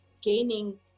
gaining